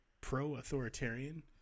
pro-authoritarian